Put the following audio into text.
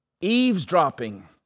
eavesdropping